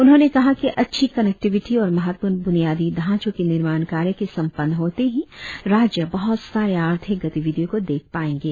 उन्होंने कहा कि अच्छी कनेक्टिविटी और महत्वपूर्ण बुनियादी ढांचों के निर्माण कार्य के संपन्न होते ही राज्य बहुत सारे आर्थिक गतिविधियिओं को देख पाएंगे